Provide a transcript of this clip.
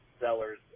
sellers